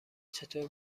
چطور